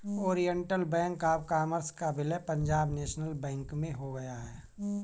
Oriental Bank of Commerce का विलय Punjab National Bank में हो गया है